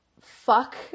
fuck